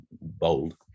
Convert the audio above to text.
BOLD